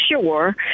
sure